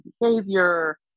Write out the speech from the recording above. behavior